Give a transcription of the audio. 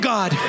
God